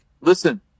listen